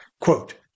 Quote